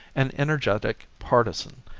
an energetic partisan,